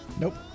Nope